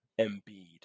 Embiid